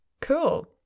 Cool